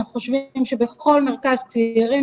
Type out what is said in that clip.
אנחנו חושבים שבכל מרכז צעירים,